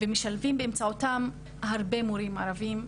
משלבים באמצעותם הרבה מורים ערבים,